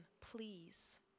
please